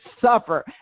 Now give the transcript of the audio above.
suffer